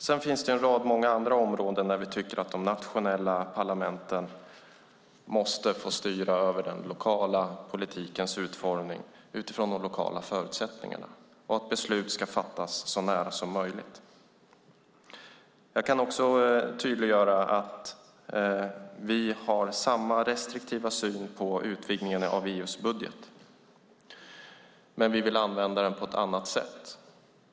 Det finns dock många andra områden där vi tycker att de nationella parlamenten måste få styra över den lokala politikens utformning, utifrån de lokala förutsättningarna, och beslut fattas så nära som möjligt. Låt mig också tydliggöra att vi har samma restriktiva syn på utvidgningen av EU:s budget, men vi vill använda den på ett annat sätt.